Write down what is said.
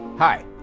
Hi